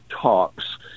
talks